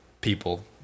people